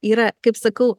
yra kaip sakau